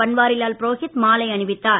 Banwarilal Purohit மாலையணிவித்தார்